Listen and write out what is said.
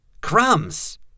crumbs